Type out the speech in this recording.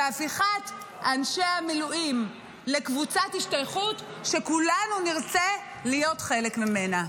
והפיכת אנשי המילואים לקבוצת השתייכות שכולנו נרצה להיות חלק ממנה.